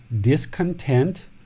discontent